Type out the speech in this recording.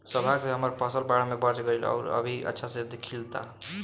सौभाग्य से हमर फसल बाढ़ में बच गइल आउर अभी अच्छा से खिलता